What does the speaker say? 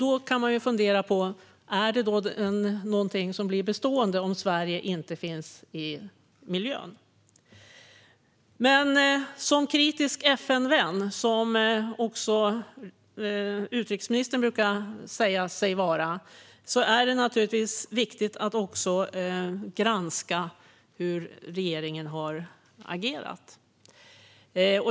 Då kan vi fundera över om det är något som blir bestående om Sverige inte finns med. Som kritisk FN-vän, som också utrikesministern brukar säga sig vara, är det naturligtvis viktigt att också granska hur regeringen har agerat.